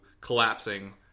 collapsing